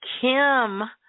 Kim